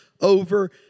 over